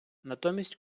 натомість